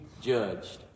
judged